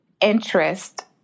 interest